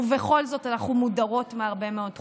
ובכל זאת אנחנו מודרות מהרבה מאוד תחומים.